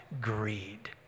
greed